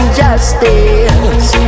justice